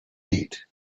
beat